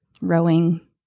rowing